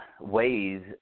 ways